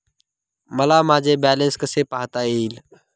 मला माझे बॅलन्स कसे पाहता येईल?